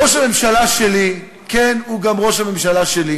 ראש הממשלה שלי, כן, הוא גם ראש הממשלה שלי.